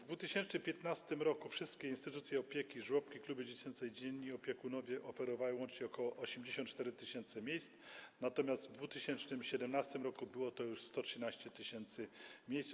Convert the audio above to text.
W 2015 r. wszystkie instytucje opieki, żłobki, kluby dziecięce i dzienni opiekunowie, oferowały łącznie ok. 84 tys. miejsc, natomiast w 2017 r. było to już 113 tys. miejsc.